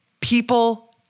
People